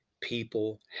people